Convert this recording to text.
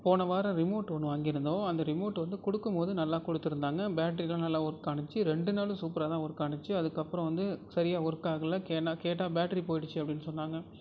போன வாரம் ரிமோட் ஒன்று வாங்கியிருந்தோம் அந்த ரிமோட் வந்து கொடுக்கும்போது நல்லா கொடுத்துருந்தாங்க பேட்டரிலாம் நல்லா ஒர்க் ஆணுச்சி ரெண்டு நாலும் சூப்பராகதான் ஒர்க் ஆணுச்சி அதுக்கப்புறம் வந்து சரியாக ஒர்க் ஆகல கேனா கேட்டால் பேட்டரி போய்டிச்சு அப்படின்னு சொன்னாங்க